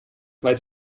weil